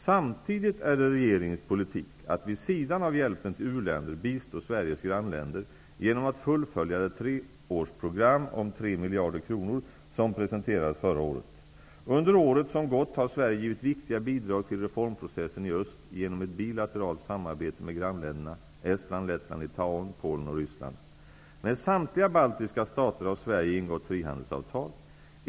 Samtidigt är det regeringens politik att vid sidan av hjälpen till u-länder bistå Sveriges grannländer genom att fullfölja det treårsprogram om 3 miljarder kronor som presenterades förra året. Under året som gått har Sverige givit viktiga bidrag till reformprocessen i öst genom ett bilateralt samarbete med grannländerna Estland, Lettland, Litauen, Polen och Ryssland. Sverige har ingått frihandelsavtal med samtliga baltiska stater.